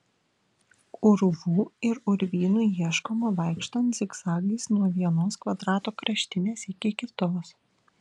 urvų ir urvynų ieškoma vaikštant zigzagais nuo vienos kvadrato kraštinės iki kitos